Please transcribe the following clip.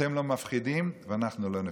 אתם לא מפחידים ואנחנו לא נפחד.